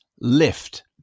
lift